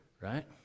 Right